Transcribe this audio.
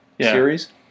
series